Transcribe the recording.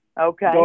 Okay